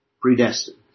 predestined